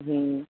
ہوں